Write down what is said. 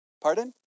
pardon